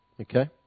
okay